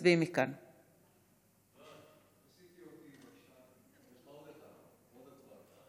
ההצעה להעביר את הצעת חוק התקשורת